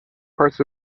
parts